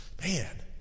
man